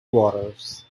waters